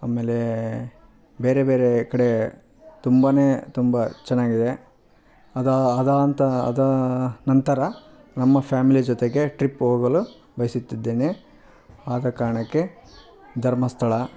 ಆಮೇಲೆ ಬೇರೆ ಬೇರೆ ಕಡೆ ತುಂಬ ತುಂಬ ಚೆನ್ನಾಗಿದೆ ಅದು ಅದು ನಂತರ ಅದು ನಂತರ ನಮ್ಮ ಫ್ಯಾಮಿಲಿ ಜೊತೆಗೆ ಟ್ರಿಪ್ ಹೋಗಲು ಬಯಸುತ್ತಿದ್ದೇನೆ ಆದ ಕಾರಣಕ್ಕೆ ಧರ್ಮಸ್ಥಳ